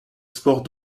sport